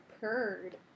purred